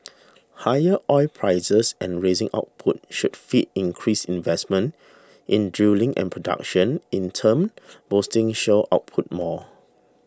higher oil prices and raising output should feed increased investment in drilling and production in turn boosting shale output more